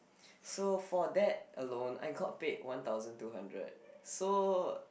so for that alone I got paid one thousand two hundred so